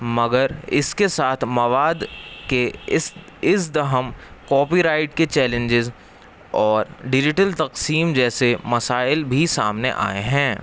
مگر اس کے ساتھ مواد کے اس اس دہم کاپی رائٹ کے چیلنجز اور ڈیجیٹل تقسیم جیسے مسائل بھی سامنے آئے ہیں